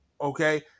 Okay